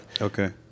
Okay